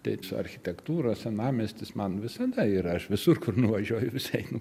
taip su architektūra senamiestis man visada yra aš visur kur nuvažiuoju vis einu